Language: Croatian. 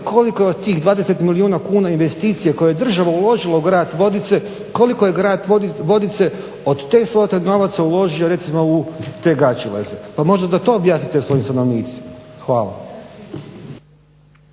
koliko od tih 20 milijuna kuna investicije koje država uložila u grad Vodice koliko je grad Vodice od te svote novaca uložio recimo u te Gaćeleze? Pa možda da to objasnite svojim stanovnicima. Hvala.